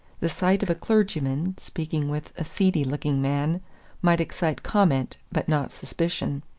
the sight of a clergyman speaking with a seedy-looking man might excite comment, but not suspicion.